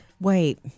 Wait